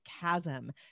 chasm